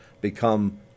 become